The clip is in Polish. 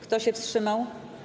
Kto się wstrzymał?